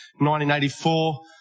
1984